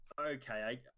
okay